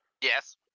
Yes